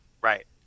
Right